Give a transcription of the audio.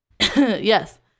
Yes